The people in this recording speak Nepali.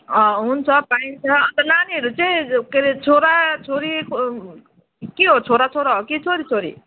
हुन्छ पाइन्छ अन्त नानीहरू चाहिँ के अरे छोरा छोरी के हो छोरा छोरा हो कि छोरी छोरी